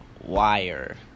wire